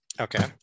Okay